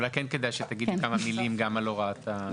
אולי כדאי שכן תגידי כמה מילים על הוראת המעבר.